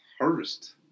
harvest